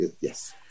yes